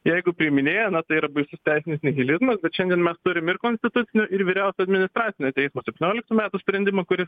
jeigu priiminėja na tai yra baisus teisinis nihilizmas bet šiandien mes turim ir konstitucinio ir vyriausio administracinio teismo septynioliktų metų sprendimą kuris